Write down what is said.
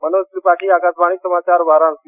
मनोज त्रिपाठी आकाशवाणी समाचार वाराणसी